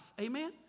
Amen